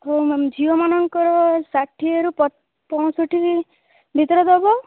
ପୁଅମାନେ ଝିଅମାନଙ୍କର ଷାଠିଏରୁ ପ ପଞ୍ଚଷଠି ଭିତରେ ଦବ